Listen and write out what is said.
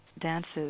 dances